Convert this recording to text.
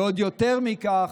ועוד יותר מכך,